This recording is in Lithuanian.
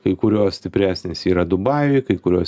kai kurios stipresnės yra dubajuje kai kurios